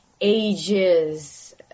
ages